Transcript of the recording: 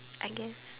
I guess